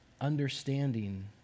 understanding